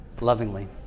lovingly